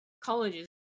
colleges